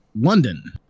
London